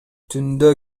түндө